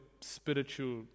spiritual